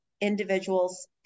individuals